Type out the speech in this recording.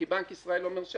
כי בנק ישראל אומר שהאוצר,